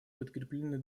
подкреплены